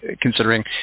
considering